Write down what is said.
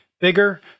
bigger